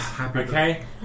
Okay